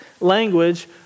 language